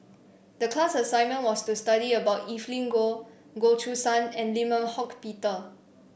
the class assignment was to study about Evelyn Goh Goh Choo San and Lim Eng Hock Peter